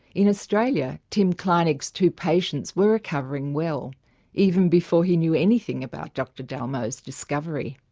in australia, tim kleinig's two patients were recovering well even before he knew anything about dr. dalmau's discovery.